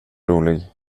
rolig